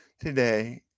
today